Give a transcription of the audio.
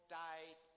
died